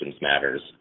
matters